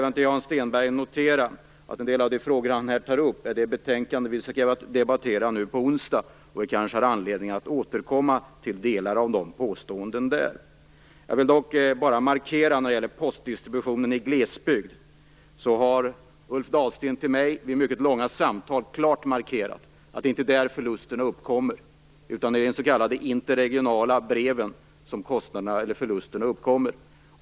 En del av de frågor som Hans Stenberg här tar upp rör det betänkande som riksdagen skall debattera på onsdag. Vi får kanske anledning att återkomma till några delar vad gäller de påståendena. Jag vill dock notera när det gäller postdistributionen i glesbygd att Ulf Dahlsten till mig vid mycket långa samtal klart har markerat att det inte är där förlusterna uppkommer, utan det är för de interregionala breven som kostnaderna eller förlusterna uppkommer.